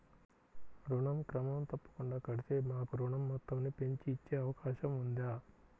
ఋణం క్రమం తప్పకుండా కడితే మాకు ఋణం మొత్తంను పెంచి ఇచ్చే అవకాశం ఉందా?